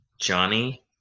Johnny